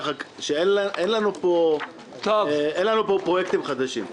כך שאין לנו פה פרויקטים חדשים.